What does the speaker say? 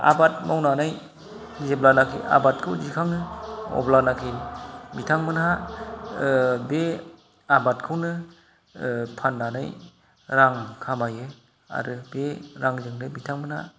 आबाद मावनानै जेब्लानोखि आबादखौ दिखाङो अब्लानोखि बिथांमोनहा बे आबादखौनो फाननानै रां खामायो आरो बे रांजोंनो बिथांमोनहा